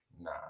Nah